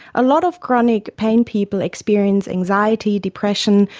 a lot of chronic pain people experience anxiety, depression,